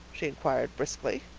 she inquired briskly.